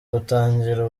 gutangira